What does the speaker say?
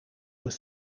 were